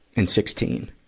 and sixteen,